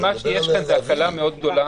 חברת הכנסת אלהרר, יש כאן הקלה מאוד גדולה.